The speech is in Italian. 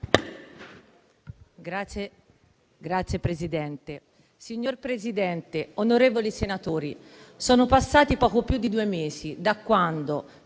*relatrice*. Signor Presidente, onorevoli senatori, sono passati poco più di due mesi da quando,